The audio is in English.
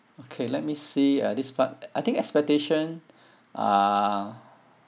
okay let me see uh this part I think expectation uh